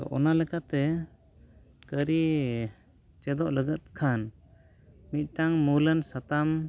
ᱚᱱᱟ ᱞᱮᱠᱟᱛᱮ ᱠᱟᱹᱨᱤ ᱪᱮᱫᱚᱜ ᱞᱟᱹᱜᱤᱫ ᱠᱷᱟᱱ ᱢᱤᱫᱴᱟᱱ ᱢᱩᱞᱟᱱ ᱥᱟᱛᱟᱢ